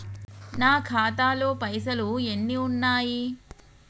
నా ఖాతాలో పైసలు ఎన్ని ఉన్నాయి?